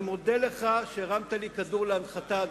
אני מודה לך על שהרמת לי כדור להנחתה,